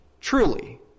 Truly